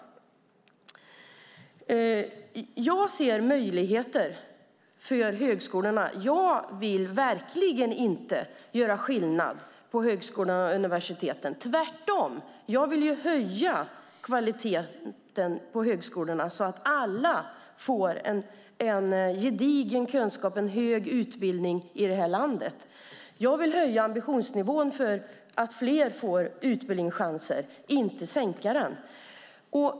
Jag ser möjligheter för högskolorna. Jag vill verkligen inte göra skillnad mellan högskolorna och universiteten. Tvärtom - jag vill höja kvaliteten på högskolorna i det här landet så att alla som studerar där får en gedigen kunskap och en hög utbildning. Jag vill höja ambitionsnivån för att fler ska få utbildningschanser, inte sänka den.